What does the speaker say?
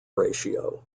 ratio